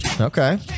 Okay